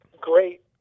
great